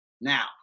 Now